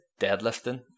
deadlifting